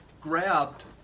grabbed